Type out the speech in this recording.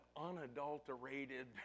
unadulterated